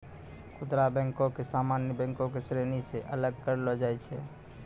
खुदरा बैको के सामान्य बैंको के श्रेणी से अलग करलो जाय छै